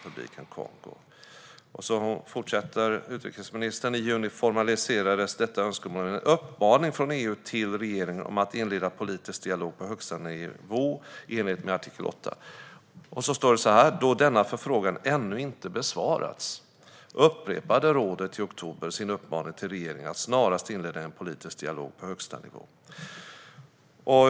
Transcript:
Utrikesministern fortsatte: "I juni formaliserades detta önskemål med en uppmaning från EU till regeringen om att inleda politisk dialog på högsta nivå, i enlighet med artikel 8." Sedan sa hon: "Då denna förfrågan ännu inte besvarats upprepade rådet i oktober sin uppmaning till regeringen att snarast inleda en politisk dialog på högsta nivå."